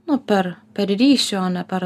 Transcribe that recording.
nuo per per ryšį o ne per